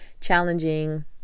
challenging